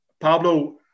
Pablo